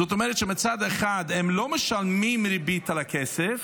זאת אומרת, מצד אחד הם לא משלמים ריבית על הכסף,